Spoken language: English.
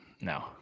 No